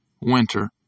winter